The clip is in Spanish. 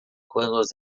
juegos